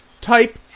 type